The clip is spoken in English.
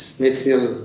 material